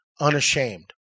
unashamed